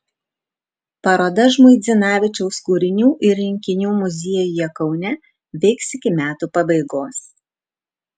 paroda žmuidzinavičiaus kūrinių ir rinkinių muziejuje kaune veiks iki metų pabaigos